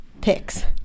picks